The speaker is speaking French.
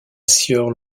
sieur